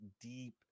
deep